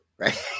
right